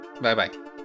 bye-bye